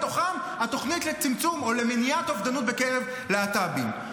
בתוכם התוכנית לצמצום או למניעה של אובדנות בקרב להט"בים.